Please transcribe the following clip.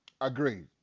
Agreed